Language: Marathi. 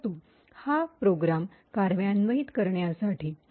हा प्रोग्रॅम कार्यान्वित करण्यासाठी